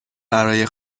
برای